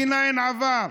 D-9 עבר.